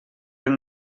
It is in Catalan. eren